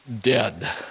dead